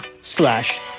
slash